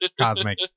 Cosmic